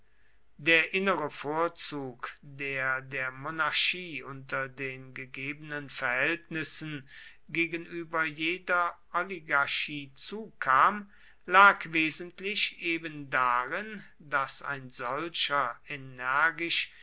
der innere vorzug der der monarchie unter den gegebenen verhältnissen gegenüber jeder oligarchie zukam lag wesentlich ebendarin daß ein solcher energisch